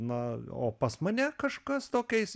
na o pas mane kažkas tokiais